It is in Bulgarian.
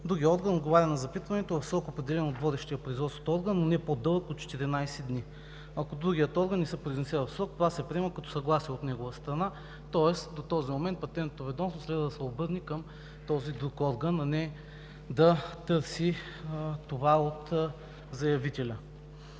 Другият орган отговаря на запитването в срок, определен от водещия производството орган, но не по-дълъг от 14 дни. Ако другият орган не се произнесе в срок, това се приема като съгласие от негова страна, тоест до този момент Патентното ведомство следва да се обърне към този друг орган, а не да търси това от заявителя.